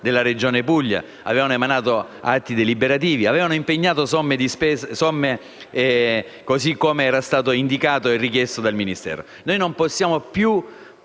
della Regione Puglia, che avevano emanato atti deliberativi e avevano impegnato somme, così come indicato e richiesto dal Ministero. Non possiamo più